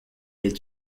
est